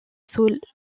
sous